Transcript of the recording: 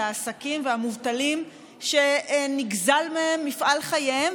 העסקים והמובטלים שנגזלו מהם מפעל חייהם,